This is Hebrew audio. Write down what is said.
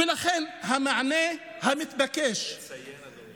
ולכן, המענה המתבקש, צריך לציין,